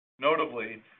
Notably